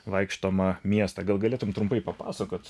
vaikštomą miestą gal galėtumei trumpai papasakot